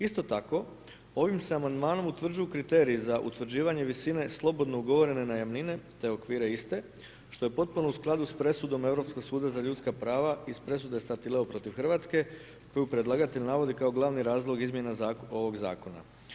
Isto tako, ovim se amandmanom utvrđuju kriteriji za utvrđivanje visine slobodno ugovorene najamnine, te okvire iste, što je potpuno u skladu s presudom Europskog suda za ljudska prava iz presude Staitleo protiv Hrvatske, koju predlagatelj navodi kao glavni razlog izmjene ovog zakona.